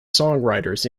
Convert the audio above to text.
songwriters